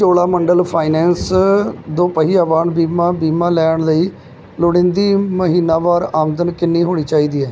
Cholamandalam finance ਦੋਪਹੀਆ ਵਾਹਨ ਬੀਮਾ ਬੀਮਾ ਲੈਣ ਲਈ ਲੋੜੀਂਦੀ ਮਹੀਨਾਵਾਰ ਆਮਦਨ ਕਿੰਨੀ ਹੋਣੀ ਚਾਹੀਦੀ ਹੈ